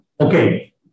Okay